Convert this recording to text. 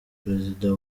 perezida